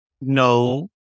no